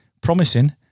promising